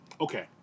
Okay